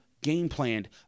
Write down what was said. game-planned